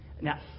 Now